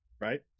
Right